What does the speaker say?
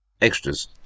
extras